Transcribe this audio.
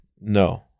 No